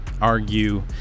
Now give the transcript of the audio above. argue